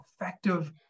effective